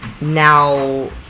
now